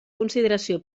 consideració